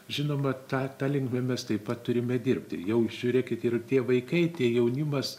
žinoma ta ta linkme mes taip pat turime dirbti jau žiūrėkit ir tie vaikai tie jaunimas